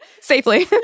Safely